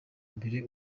mbere